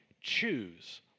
choose